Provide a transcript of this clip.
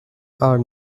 are